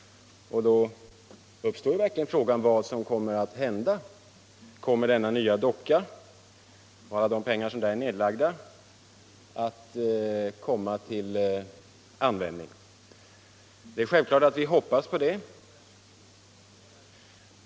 Därför uppstår frågan vad som kommer att hända. Kommer denna nya docka, med de pengar som där är nedlagda, till användning? Det är självklart att vi hoppas på det.